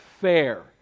fair